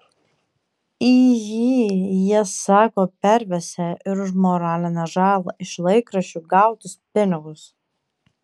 į jį jie sako pervesią ir už moralinę žalą iš laikraščių gautus pinigus